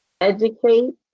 educate